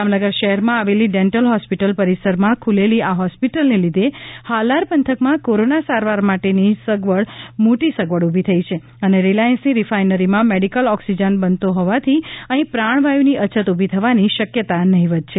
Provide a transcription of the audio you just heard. જામનગર શહેરમાં આવેલી dental hospital પરિસરમાં ખુલેલી આ હોસ્પિટલને લીઘે હાલાર પંથકમાં કોરોના સારવારની મોટી સગવડ ઊભી થઈ છે અને રીલાયન્સની રિફાઈનરીમાં મેડિકલ ઓક્સિજન બનતો હોવાથી અઠ્ઠી પ્રાણવાયુની અછત ઊભી થવાની શક્યતા નહિવત છે